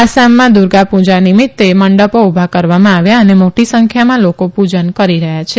આસામમાં દુર્ગાપુજા નિમિત્તે મંડપો ઉભા કરવામાં આવ્યા અને મોટી સંખ્યામાં લોકો પુજન કરી રહયાં છે